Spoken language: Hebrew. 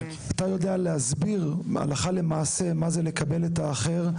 אתה יודע להסביר הלכה למעשה מה זה לקבל את האחר,